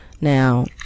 Now